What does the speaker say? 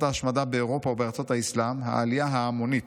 ההשמדה באירופה או בארצות האסלאם 'העלייה ההמונית',